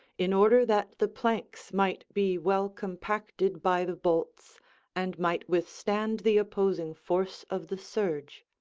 in order that the planks might be well compacted by the bolts and might withstand the opposing force of the surge.